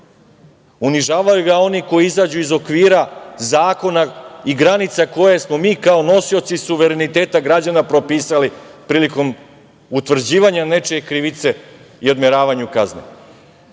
Unižavaju ga oni koji izađu iz okvira zakona i granica koje smo mi kao nosioci suvereniteta građana propisali prilikom utvrđivanja nečije krivice i odmeravanju